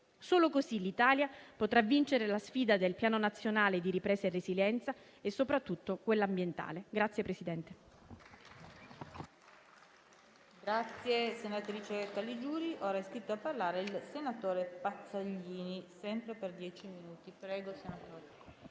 Solo così l'Italia potrà vincere la sfida del Piano nazionale di ripresa e resilienza e soprattutto quella ambientale.